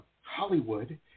Hollywood